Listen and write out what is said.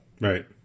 right